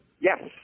Yes